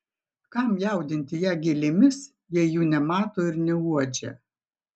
kam jaudinti ją gėlėmis jei jų nemato ir neuodžia